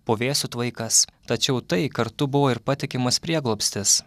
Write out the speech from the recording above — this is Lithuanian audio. puvėsių tvaikas tačiau tai kartu buvo ir patikimas prieglobstis